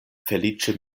feliĉe